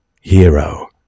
hero